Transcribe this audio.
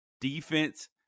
defense